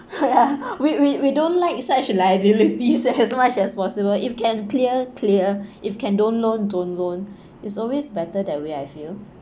ya we we we don't like such liabilities such as much as possible if can clear clear if can don't loan don't loan it's always better that way I feel